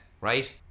right